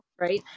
Right